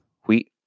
wheat